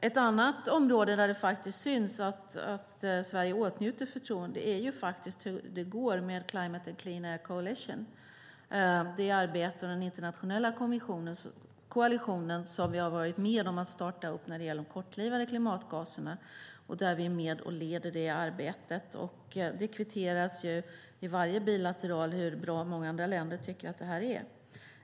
Ett annat område där det faktiskt syns att Sverige åtnjuter förtroende är hur det går med Climate and Clean Air Coalition, det arbete med den internationella koalitionen vi var med om att starta upp när det gäller de kortlivade klimatgaserna. Vi är med och leder det arbetet, och det kvitteras vid varje bilateral hur bra många andra länder tycker att det här är.